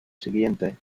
siguiente